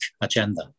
agenda